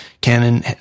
Canon